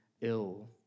ill